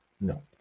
No